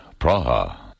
Praha